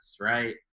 right